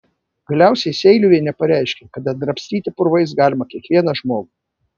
galiausiai seiliuvienė pareiškė kad apdrabstyti purvais galima kiekvieną žmogų